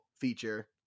feature